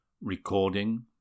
Recording